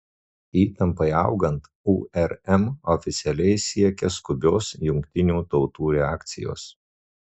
įtampai augant urm oficialiai siekia skubios jungtinių tautų reakcijos